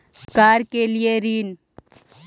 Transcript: रोजगार के लिए ऋण?